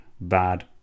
bad